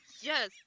Yes